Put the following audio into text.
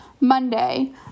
Monday